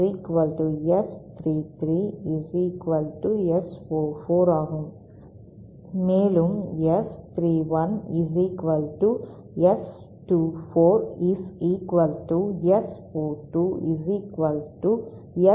மேலும் S 31 S 24 S 42 S 13